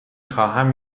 خواهم